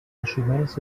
assumeix